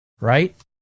right